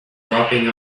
dropping